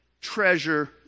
treasure